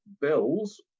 Bills